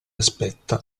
aspetta